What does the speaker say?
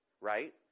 right